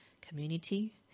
community